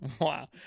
Wow